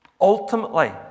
Ultimately